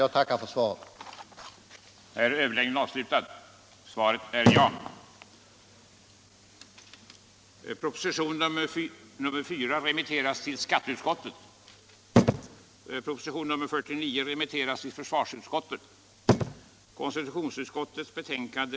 Jag tackar än en gång för svaret.